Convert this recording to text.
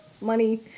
money